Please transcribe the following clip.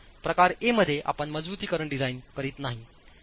प्रकार ए मध्ये आपण मजबुतीकरण डिझाइन करीत नाहीआपण किमान मजबुतीकरण लावत आहात